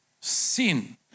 sin